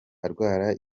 arwara